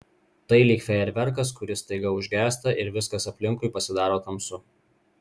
tai lyg fejerverkas kuris staiga užgęsta ir viskas aplinkui pasidaro tamsu